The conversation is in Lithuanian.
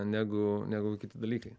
negu negu kiti dalykai